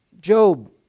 Job